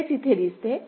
तर हेच इथे दिसते